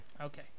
Okay